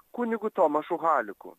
kunigu tomašu haliku